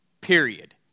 period